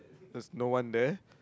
is no one there